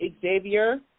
Xavier